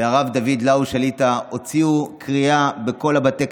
והרב דוד לאו שליט"א הוציאו קריאה בכל בתי